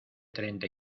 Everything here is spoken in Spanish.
treinta